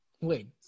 Wait